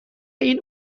این